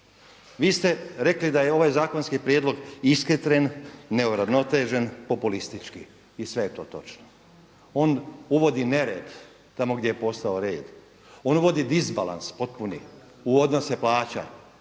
Vi ste rekli da je ovaj zakonski prijedlog ishitren, neuravnotežen, populistički i sve je to točno. On uvodi nered tamo gdje je postao red, on uvodi disbalans potpuni u odnose plaća